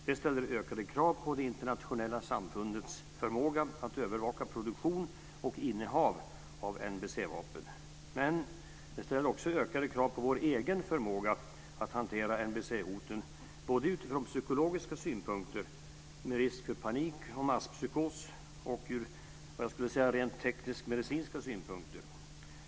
Det ställer ökade krav på det internationella samfundets förmåga att övervaka produktion och innehav av NBC-vapen. Men det ställer också ökade krav på vår egen förmåga att hantera NBC hoten både utifrån psykologiska synpunkter med risk för panik och masspsykos och utifrån rent tekniskmedicinska synpunkter.